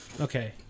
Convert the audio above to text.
Okay